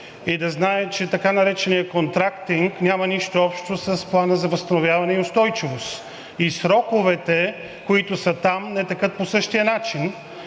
и да знае, че така нареченият контрактинг няма нищо общо с Плана за възстановяване и устойчивост и сроковете, които са там, не текат по същия начин,